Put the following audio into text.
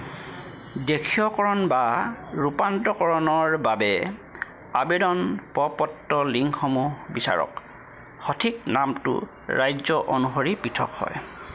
দেশীয়কৰণ বা ৰূপান্তৰণৰ বাবে আবেদন প্ৰ পত্ৰৰ লিংকসমূহ বিচাৰক সঠিক নামটো ৰাজ্য অনুসৰি পৃথক হয়